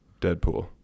Deadpool